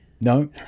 No